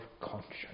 conscience